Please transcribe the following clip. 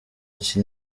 iki